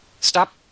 Stop